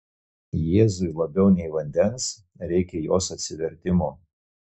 jėzui labiau nei vandens reikia jos atsivertimo